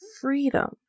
freedom